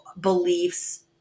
beliefs